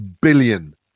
billion